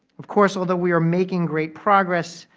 of course, although we are making great progress,